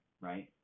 Right